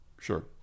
sure